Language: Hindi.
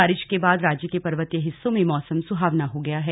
बारिश के बाद राज्य के पर्वतीय हिस्सों में मौसम सुहावना हो गया है